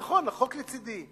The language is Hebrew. נכון, החוק לצדי.